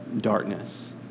darkness